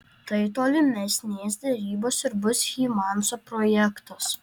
tai tolimesnės derybos ir bus hymanso projektas